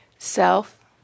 Self